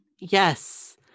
Yes